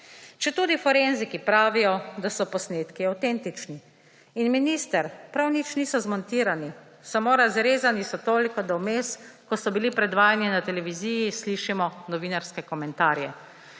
četudi forenziki pravijo, da so posnetki avtentični. In, minister, prav nič niso zmontirani, samo razrezani so toliko, da vmes, ko so bili predvajani na televiziji, slišimo novinarske komentarje.